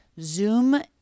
Zoom